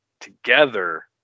together –